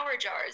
jars